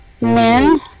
men